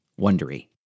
Wondery